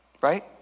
Right